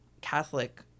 Catholic